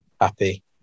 Happy